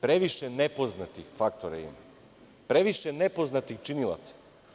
Previše nepoznati faktora ima, previše nepoznatih činilaca.